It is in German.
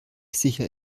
sicher